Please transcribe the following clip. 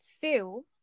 feel